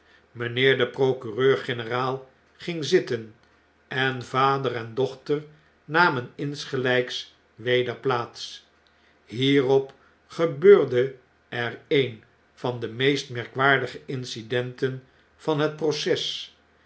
de procureur-generaal ging zitten en vader en dochter namen insgeln'ks weder plaats hierop gebeurde er een der meest merkwaardige incidenten van het proces